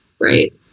Right